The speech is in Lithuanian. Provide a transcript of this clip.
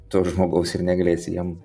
to žmogaus ir negalėsi jam